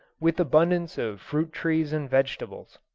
with abundance of fruit trees and vegetables.